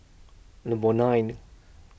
Number nine